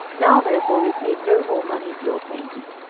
now therefore receive no more money of your acquaintance,